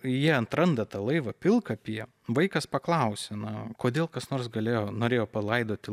jie atranda tą laivą pilkapyje vaikas paklausia na kodėl kas nors galėjo norėjo palaidoti